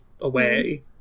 away